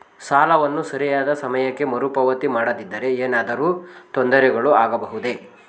ಸಾಲವನ್ನು ಸರಿಯಾದ ಸಮಯಕ್ಕೆ ಮರುಪಾವತಿ ಮಾಡದಿದ್ದರೆ ಏನಾದರೂ ತೊಂದರೆಗಳು ಆಗಬಹುದೇ?